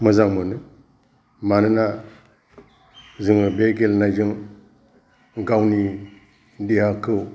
मोजां मोनो मानोना जोङो बे गेलेनायजों गावनि देहाखौ